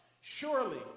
Surely